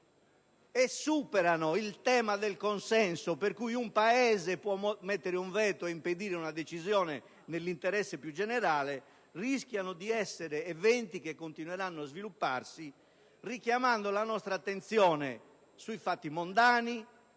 superano il nodo del consenso, per cui un Paese può mettere un veto ed impedire una decisione nell'interesse più generale, rischiano di continuare a svilupparsi richiamando la nostra attenzione sui fatti mondani,